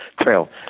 trail